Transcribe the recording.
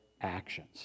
actions